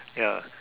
ya